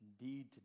Indeed